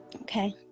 Okay